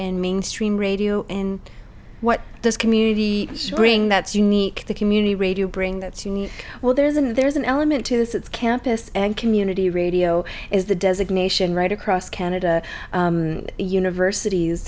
and mainstream radio and what does community bring that's unique to community radio bring that's unique well there's an there's an element to this it's campus and community radio is the designation right across canada and universities